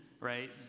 right